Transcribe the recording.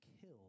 kill